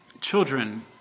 children